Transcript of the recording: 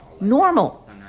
Normal